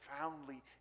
profoundly